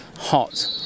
hot